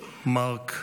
מארק,